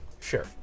sure